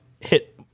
hit